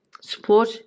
support